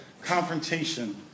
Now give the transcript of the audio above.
confrontation